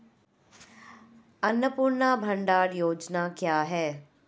अन्नपूर्णा भंडार योजना क्या है?